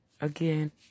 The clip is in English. again